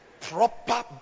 proper